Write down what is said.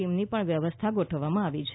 ટીમની પણ વ્યવસ્થા ગોઠવવામાં આવી છે